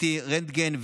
CT, רנטגן ועוד,